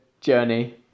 journey